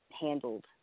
handled